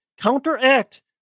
counteract